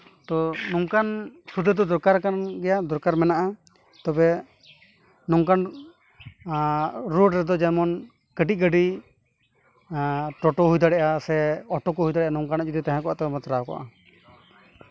ᱛᱚ ᱱᱚᱝᱠᱟᱱ ᱫᱚ ᱫᱚᱨᱠᱟᱨ ᱠᱟᱱ ᱜᱮᱭᱟ ᱫᱚᱨᱠᱟᱨ ᱢᱮᱱᱟᱜᱼᱟ ᱛᱚᱵᱮ ᱱᱚᱝᱠᱟᱱ ᱨᱳᱰ ᱨᱮᱫᱚ ᱡᱮᱢᱚᱱ ᱠᱟᱹᱴᱤᱡ ᱜᱟᱹᱰᱤ ᱴᱳᱴᱳ ᱦᱩᱭ ᱫᱟᱲᱮᱭᱟᱜᱼᱟ ᱥᱮ ᱚᱴᱳ ᱠᱚ ᱦᱩᱭ ᱫᱟᱲᱮᱭᱟᱜᱼᱟ ᱱᱚᱝᱠᱟᱱᱟᱜ ᱡᱩᱫᱤ ᱛᱟᱦᱮᱸ ᱠᱚᱜᱼᱟ ᱛᱚᱵᱮ ᱵᱟᱛᱨᱟᱣ ᱠᱚᱜᱼᱟ